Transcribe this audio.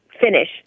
Finish